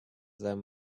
them